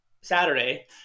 saturday